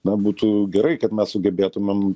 na būtų gerai kad mes sugebėtumėm